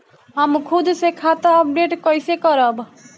हम खुद से खाता अपडेट कइसे करब?